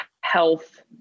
health